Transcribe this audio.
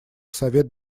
совет